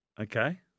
Okay